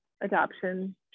adoption